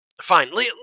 fine